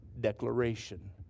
declaration